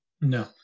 No